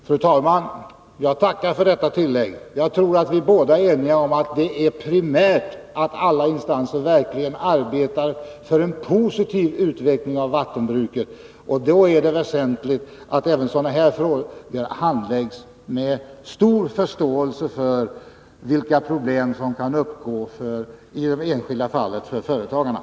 Fru talman! Jag tackar för detta tillägg. Jag tror att vi båda är eniga om att det är primärt att alla instanser arbetar för en positiv utveckling av vattenbruket. Då är det väsentligt att även sådana här frågor handläggs med stor förståelse för vilka problem som kan uppstå för företagarna i det enskilda fallet.